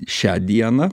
šią dieną